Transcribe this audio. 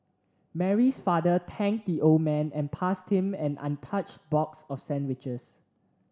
Mary's father thanked the old man and passed him an untouched box of sandwiches